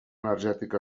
energètic